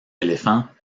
éléphants